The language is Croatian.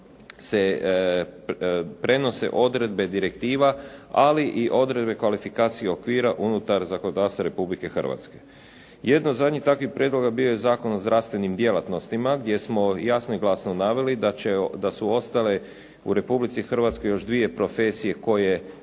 prenose odredbe direktiva, ali i odredbe kvalifikacije okvira unutar zakonodavstva Republike Hrvatske. Jedan od zadnjih takvih prijedloga bio je Zakon o zdravstvenim djelatnostima, gdje smo jasno i glasno naveli da su ostale u Republici Hrvatskoj još dvije profesije koje